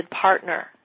partner